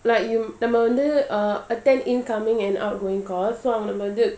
like you இப்பநான்வந்து:ipo nan vandhu uh attend incoming and outgoing calls வந்து:vandhu